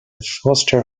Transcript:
foster